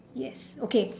yes okay